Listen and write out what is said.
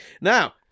Now